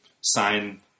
sign